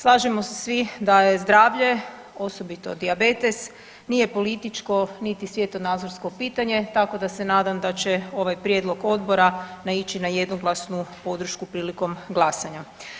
Slažemo se svi da je zdravlje, osobito dijabetes nije političko niti svjetonazorsko pitanje tako da se nadam da će ovaj prijedlog odbora naići na jednoglasnu podršku prilikom glasanja.